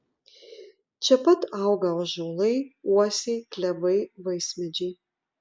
čia pat auga ąžuolai uosiai klevai vaismedžiai